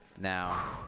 now